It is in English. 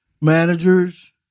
managers